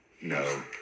No